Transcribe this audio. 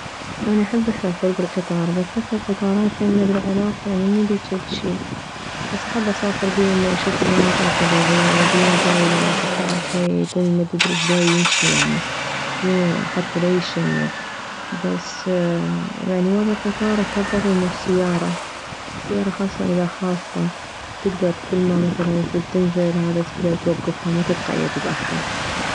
اني احب اسافر بالقطار بس هسه القطارات يمنا بالعراق يعني مو ذيج الشي بس احب اسافر بيه انه اشوف المناظر الطبيعية وبيه مجال اذا واحد تعب شوية يكوم يمدد رجليه ويمشي يعني مو حتى ليتشنج بس يعني وره القطار افضل انه السيارة السيارة خاصة اذا خاصة تكدر كلما مثلا تريدهذا تنزل توكفها ما تتقيد باحد